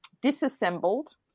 Disassembled